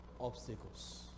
obstacles